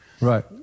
right